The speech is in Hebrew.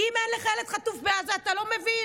אם אין לך ילד חטוף בעזה, אתה לא מבין.